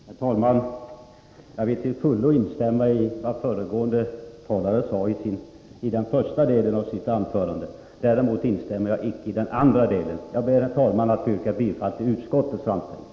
Herr talman! Jag vill till fullo instämma i vad föregående talare sade i den första delen av anförandet. Däremot instämmer jag inte i den andra delen. Jag ber, herr talman, att få yrka bifall till utskottets hemställan.